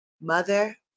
Mother